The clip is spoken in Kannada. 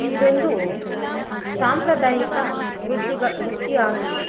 ಇದೊಂದು ಸಾಂಪ್ರದಾಯಿಕ ವೃತ್ತಿಗ ವೃತ್ತಿಯೂ ಆಗಿದೆ